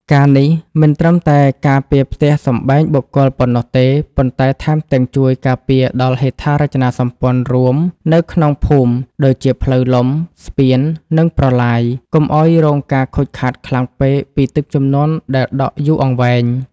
ការណ៍នេះមិនត្រឹមតែការពារផ្ទះសម្បែងបុគ្គលប៉ុណ្ណោះទេ ប៉ុន្តែថែមទាំងជួយការពារដល់ហេដ្ឋារចនាសម្ព័ន្ធរួមនៅក្នុងភូមិ ដូចជាផ្លូវលំ ស្ពាន និងប្រឡាយ កុំឱ្យរងការខូចខាតខ្លាំងពេកពីទឹកជំនន់ដែលដក់យូរអង្វែង។